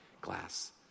glass